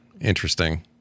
Interesting